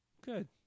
Good